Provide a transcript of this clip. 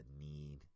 need